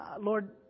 Lord